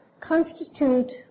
constitute